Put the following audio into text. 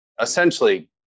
essentially